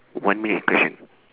one minute question